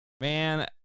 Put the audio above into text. man